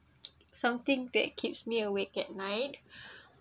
something that keeps me awake at night